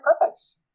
purpose